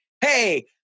Hey